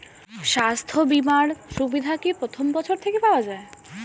স্বাস্থ্য বীমার সুবিধা কি প্রথম বছর থেকে পাওয়া যায়?